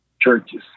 churches